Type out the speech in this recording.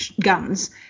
guns